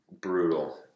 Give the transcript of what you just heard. Brutal